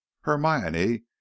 hermione